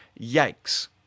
Yikes